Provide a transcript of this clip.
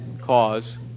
cause